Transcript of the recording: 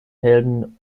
helden